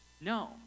No